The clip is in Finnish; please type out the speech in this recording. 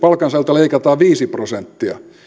palkansaajalta leikataan viisi prosenttia